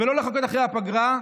ולא לחכות אחרי הפגרה,